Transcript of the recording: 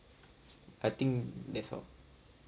I think that's all